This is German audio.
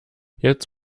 jetzt